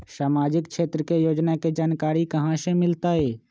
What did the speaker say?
सामाजिक क्षेत्र के योजना के जानकारी कहाँ से मिलतै?